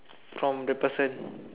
from the person